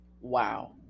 wow